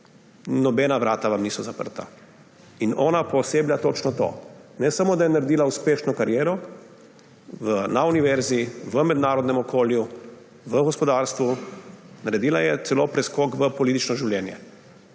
Nobena vrata vam niso zaprta. In ona pooseblja točno to. Ne samo da je naredila uspešno kariero na univerzi, v mednarodnem okolju, v gospodarstvu, naredila je celo preskok v politično življenje.